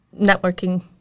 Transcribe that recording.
Networking